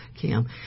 Kim